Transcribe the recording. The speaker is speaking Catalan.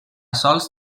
sols